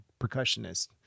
percussionist